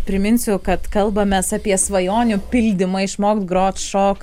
priminsiu kad kalbamės apie svajonių pildymą išmokt grot šokt